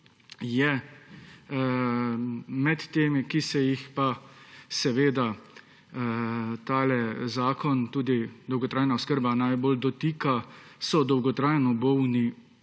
da med temi, ki se jih pa seveda tale zakon o dolgotrajni oskrbi najbolj dotika, so dolgotrajno bolni,